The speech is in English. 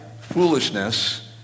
foolishness